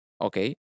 okay